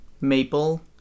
maple